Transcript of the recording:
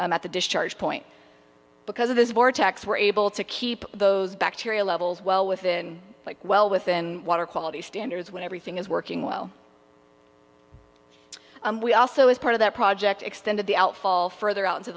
at the discharge point because of this vortex we're able to keep those bacteria levels well within like well within water quality standards when everything is working well we also as part of that project extended the outfall further out into